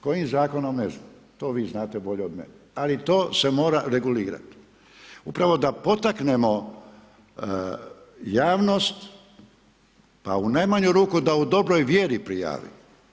Kojim zakonom, ne znam, to vi znate bolje od mene, ali to se mora regulirati, upravo da potaknemo javnost, pa u najmanju ruku, da u dobroj vjeri prijavimo.